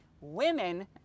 Women